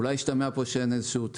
אולי השתמע פה שאין איזשהו תיאום.